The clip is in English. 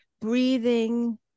Breathing